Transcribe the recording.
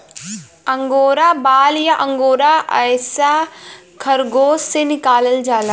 angora बाल या angora रेसा खरगोस से निकालल जाला